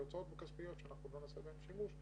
הוצאות כספיות שלא נעשה בהן שימוש,